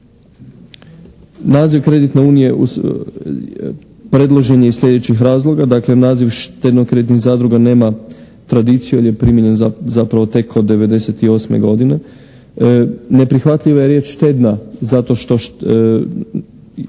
naziv kreditne unije predložen je iz slijedećih razloga. Dakle, naziv štedno-kreditnih zadruga nema tradiciju jer je primijenjen zapravo tek od '98. godine. Neprihvatljiva je riječ štedna zato što